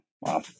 Wow